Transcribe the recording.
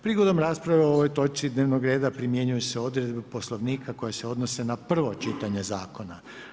Prigodom rasprave o ovoj točki dnevnog reda primjenjuju se odredbe Poslovnika koje se odnose na prvo čitanje zakona.